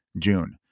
June